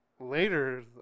Later